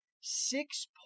Six